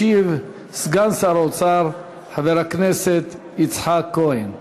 ישיב סגן שר האוצר חבר הכנסת יצחק כהן.